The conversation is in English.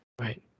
Right